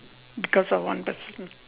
because of one person